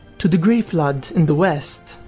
to the greyflood in the west,